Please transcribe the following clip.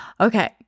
okay